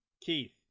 Keith